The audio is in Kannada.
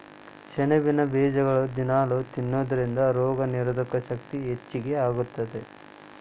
ಸೆಣಬಿನ ಬೇಜಗಳನ್ನ ದಿನಾಲೂ ತಿನ್ನೋದರಿಂದ ರೋಗನಿರೋಧಕ ಶಕ್ತಿ ಹೆಚ್ಚಗಿ ಆಗತ್ತದ